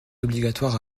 obligatoire